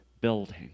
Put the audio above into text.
building